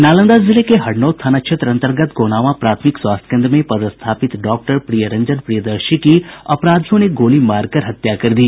नालंदा जिले के हरनौत थाना क्षेत्र अंतर्गत गोनावां प्राथमिक स्वास्थ्य केन्द्र में पदस्थापित डॉक्टर प्रियरंजन प्रियदर्शी की अपराधियों ने गोली मारकर हत्या कर दी